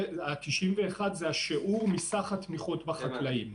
ה-91% זה השיעור מסך התמיכות בחקלאים.